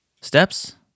steps